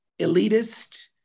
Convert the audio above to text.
elitist